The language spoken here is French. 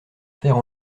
faire